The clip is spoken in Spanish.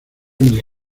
mis